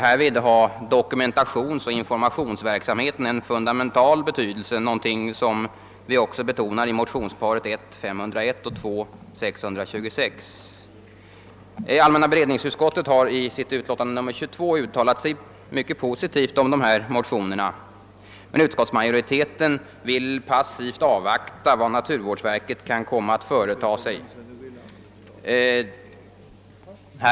Härvid har dokumentationsoch informationsverksamheten en fundamental betydelse, något som vi också betonar i motionsparet I: 501 och II: 626. Allmänna beredningsutskottet har i sitt utlåtande nr 22 uttalat sig mycket positivt om dessa motioner, men utskottsmajoriteten vill passivt avvakta vad naturvårdsverket kan komma att företa sig på området.